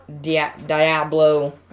Diablo